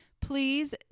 Please